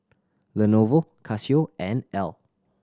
Lenovo Casio and Elle